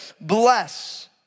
bless